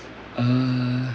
um